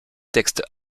textes